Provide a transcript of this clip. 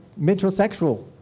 metrosexual